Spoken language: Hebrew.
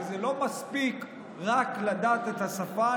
כי זה לא מספיק רק לדעת את השפה.